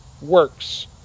works